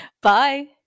bye